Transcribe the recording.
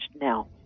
now